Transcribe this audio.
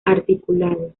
articulados